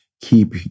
keep